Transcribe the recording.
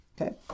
okay